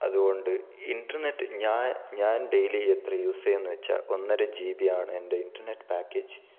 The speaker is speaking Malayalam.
അതുകൊണ്ട് ഇന്റർനെറ്റ് ഞാൻ ഞാൻ ഡെയിലി എത്ര യൂസ് ചെയ്യുന്നു എന്ന് വെച്ചാൽ ഒന്നര ജി ബി യാണ് എന്റെ ഇന്റർനെറ്റ് പാക്കേജ്